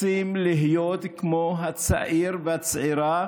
הם רוצים להיות כמו הצעיר והצעירה